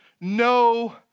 no